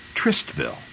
Tristville